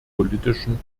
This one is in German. politischen